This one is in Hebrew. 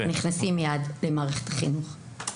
הם נכנסים מיד למערכת החינוך.